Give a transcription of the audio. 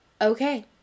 Okay